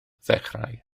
ddechrau